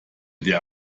der